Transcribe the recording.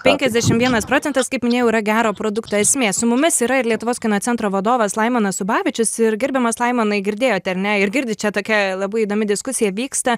penkiasdešim vienas procentas kaip minėjau yra gero produkto esmė su mumis yra ir lietuvos kino centro vadovas laimonas ubavičius ir gerbiamas laimonai girdėjot ar ne ir girdit čia tokia labai įdomi diskusija vyksta